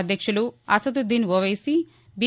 అధ్యక్షులు అసదుద్దీన్ ఓవైసీ బి